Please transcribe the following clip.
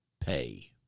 pay